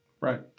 Right